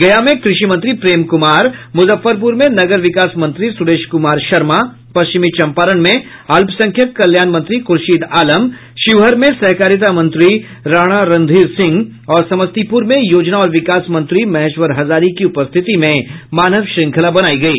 गया में कृषि मंत्री प्रेम कुमार मुजफ्फरपुर में नगर विकास मंत्री सुरेश कुमार शर्मा पश्चिमी चंपारण में अल्पसंख्यक कल्याण मंत्री खूर्शीद आलम शिवहर में सहकारिता मंत्री राणा रणधीर सिंह और समस्तीपुर में योजना और विकास मंत्री महेश्वर हजारी की उपस्थिति में मानव श्रृंखला बनायी गयी